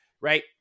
right